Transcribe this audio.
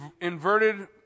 inverted